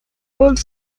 word